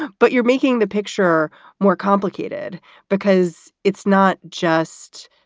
but you're making the picture more complicated because it's not just,